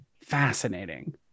Fascinating